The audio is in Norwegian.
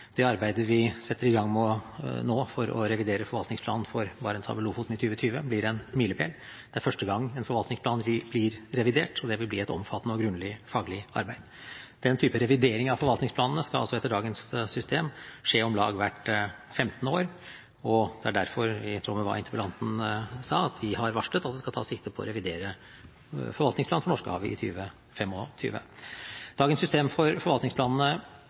Det arbeidet vi setter i gang med nå for å revidere forvaltningsplanen for Barentshavet – Lofoten i 2020, blir en milepæl. Det er første gang en forvaltningsplan blir revidert, og det vil bli et omfattende og grundig faglig arbeid. Den type revidering av forvaltningsplanene skal altså etter dagens system skje om lag hvert femtende år, og det er derfor – i tråd med hva interpellanten sa – vi har varslet at det skal tas sikte på å revidere forvaltningsplanen for Norskehavet i 2025. Dagens system for forvaltningsplanene